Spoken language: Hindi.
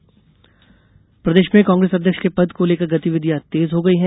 प्रदेश अध्यक्ष कांग्रेस प्रदेश में कांग्रेस अध्यक्ष के पद को लेकर गतिविधियां तेज हो गई है